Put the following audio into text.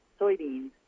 soybeans